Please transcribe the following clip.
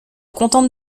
contente